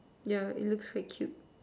yeah it looks quite cute